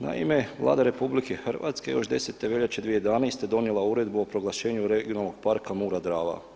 Naime, Vlada RH još 10. veljače 2011. donijela Uredbu o proglašenju regionalnog parka Mura – Drava.